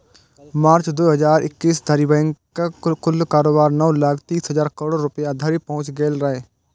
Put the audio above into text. मार्च, दू हजार इकैस धरि बैंकक कुल कारोबार नौ लाख तीस हजार करोड़ रुपैया धरि पहुंच गेल रहै